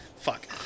Fuck